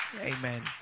Amen